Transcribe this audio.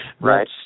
Right